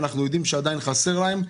אנחנו יודעים שעדיין חסר להם.